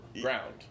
Ground